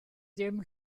ddim